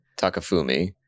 Takafumi